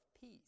peace